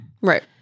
Right